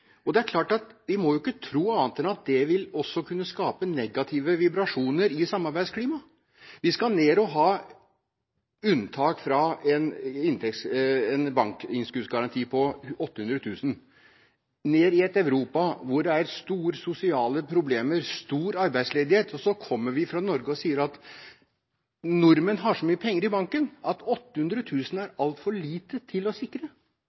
Vi må ikke tro noe annet enn at det også vil kunne skape negative vibrasjoner i samarbeidsklimaet. Vi skal ned og ha unntak fra en bankinnskuddsgaranti på 800 000 kr, ned til et Europa hvor det er store sosiale problemer og stor arbeidsledighet. Så kommer vi fra Norge og sier at nordmenn har så mye penger i banken at 800 000 kr er altfor lite å sikre.